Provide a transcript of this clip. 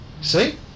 See